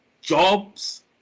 jobs